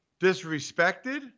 disrespected